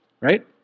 right